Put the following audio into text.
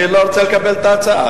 אני לא רוצה לקבל את ההצעה.